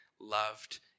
loved